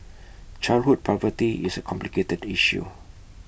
childhood poverty is A complicated issue